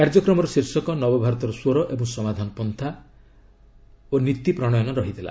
କାର୍ଯ୍ୟକ୍ରମର ଶୀର୍ଷକ ନବଭାରତର ସ୍ୱର ଏବଂ ସମାଧାନ ପନ୍ଥା ଓ ନୀତି ପ୍ରଣୟନ ଥିଲା